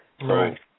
Right